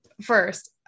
first